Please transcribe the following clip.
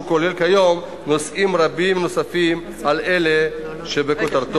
כולל כיום נושאים רבים נוספים על אלה שבכותרתו.